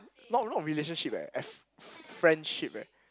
not not relationship eh f~ friendship eh